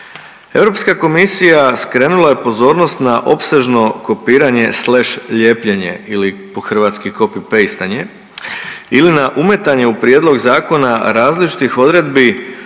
Europska komisija skrenula je pozornost na opsežno kopiranje, sleš ljepljenje ili po hrvatski copy paste-anje ili na umetanje u prijedlog zakona različitih odredbi